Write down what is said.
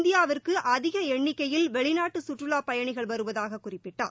இந்தியாவிற்கு அதிக எண்ணிக்கையில் வெளிநாட்டு கற்றுலாப் பயணிகள் வருவதாக குறிப்பிட்டார்